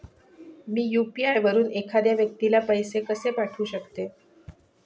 मी UPI वापरून एखाद्या व्यक्तीला पैसे कसे पाठवू शकते?